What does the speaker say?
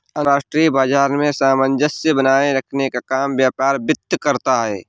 अंतर्राष्ट्रीय बाजार में सामंजस्य बनाये रखने का काम व्यापार वित्त करता है